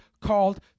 called